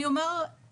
אני אומר שוב.